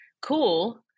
cool